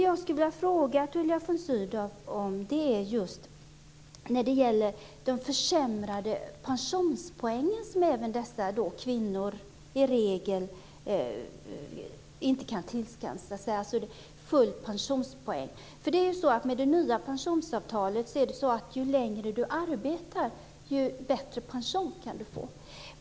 Jag skulle vilja ställa en fråga till Tullia von Sydow om de pensionspoäng som dessa anhörigvårdare, i regel kvinnor, inte kan tillskansa sig, alltså full pensionspoäng. Det nya pensionsavtalet innebär att ju längre man arbetar, desto bättre pension får man.